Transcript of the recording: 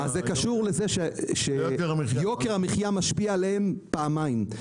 זה קשור לזה שיוקר המחיה משפיע עליהם פעמיים,